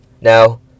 Now